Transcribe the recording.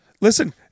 Listen